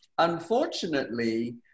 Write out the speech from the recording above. Unfortunately